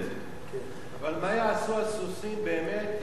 מה יעשו הסוסים באמת אם לא,